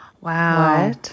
Wow